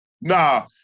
Nah